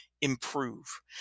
improve